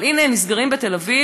אבל הנה הם נסגרים בתל-אביב,